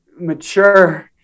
mature –